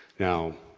now,